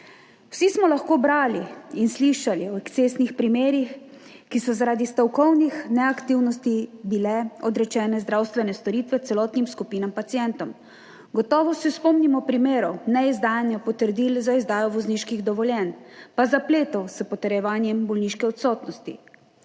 Vsi smo lahko brali in slišali o ekscesnih primerih, ki so zaradi stavkovnih neaktivnosti bile odrečene zdravstvene storitve celotnim skupinam pacientov. Gotovo se spomnimo primerov neizdajanja potrdil za izdajo vozniških dovoljenj, pa zapletov s potrjevanjem bolniške odsotnosti.